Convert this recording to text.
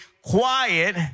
Quiet